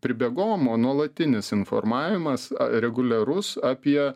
pribėgom o nuolatinis informavimas reguliarus apie